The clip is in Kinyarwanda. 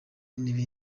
n’indi